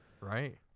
right